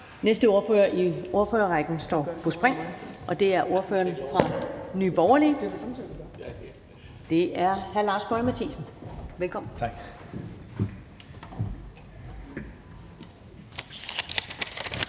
Næste ordfører i ordførerrækken står på spring, og det er ordføreren for Nye Borgerlige, hr. Lars Boje Mathiesen. Velkommen.